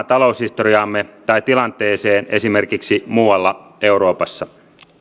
taloushistoriaamme tai tilanteeseen esimerkiksi muualla euroopassa